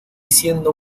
siendo